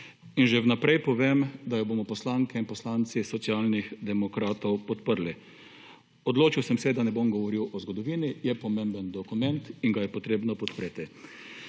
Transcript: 16.25 (nadaljevanje) da jo bomo poslanke in poslanci Socialnih demokratov podprli. Odločil sem se, da ne bom govoril o zgodovini, je pomemben dokument in ga je potrebno podpreti.